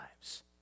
lives